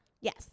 Yes